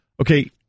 Okay